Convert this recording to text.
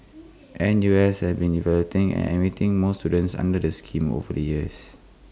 N U S has been evaluating and admitting more students under the scheme over the years